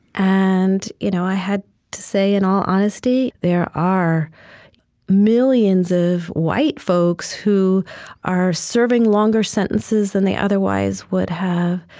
and you know i had to say, in all honesty, there are millions of white folks who are serving longer sentences than they otherwise would have,